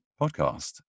podcast